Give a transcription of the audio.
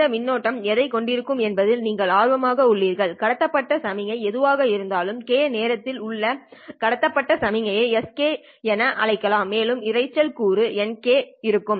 இந்த மின்னோட்டம் எதைக் கொண்டிருக்கும் என்பதில் நீங்கள் ஆர்வமாக உள்ளீர்கள் கடத்தப்பட்ட சமிக்ஞை எதுவாக இருந்தாலும் k நேரத்தில் உள்ள கடத்தப்பட்ட சமிக்ஞையை sk என அழைக்கலாம் மேலும் இரைச்சல் கூறு nk இருக்கும்